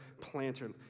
planter